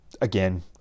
again